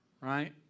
right